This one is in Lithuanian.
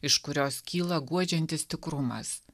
iš kurios kyla guodžiantis tikrumas